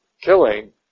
killing